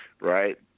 right